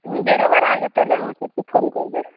তুমি বেরোবার আগে তাহলে আমাকে একটু ফোন করবে